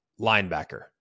linebacker